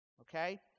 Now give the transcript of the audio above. okay